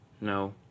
No